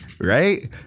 right